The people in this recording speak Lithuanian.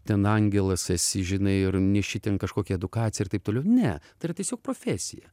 ten angelas esi žinai ir neši ten kažkokią edukaciją ir taip toliau ne tai yra tiesiog profesija